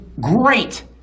great